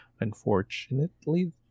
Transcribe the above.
unfortunately